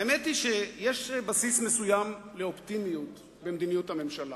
האמת היא שיש בסיס מסוים לאופטימיות במדיניות הממשלה.